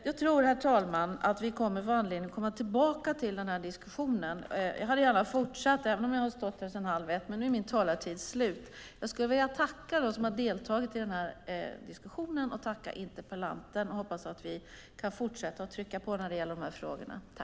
Herr talman! Jag tror att vi kommer att få anledning att återkomma till den här diskussionen. Jag hade gärna fortsatt den även om jag har stått här sedan halv ett, men nu är min talartid slut. Jag vill tacka dem som har deltagit i den här diskussionen och tacka interpellanten. Jag hoppas att vi kan fortsätta att trycka på när det gäller de här frågorna.